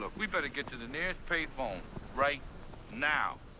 but we'd better get to the nearest pay phone right now.